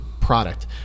product